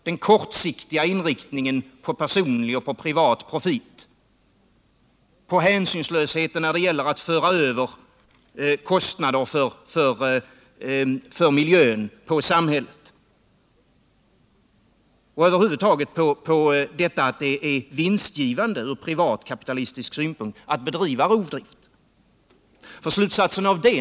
Det beror på den kortsiktiga inriktningen på personlig och privat profit, på hänsynslösheten när det gäller att föra över kostnader för miljön på samhället och på att det är vinstgivande från privatkapitalistisk synpunkt att bedriva rovdrift.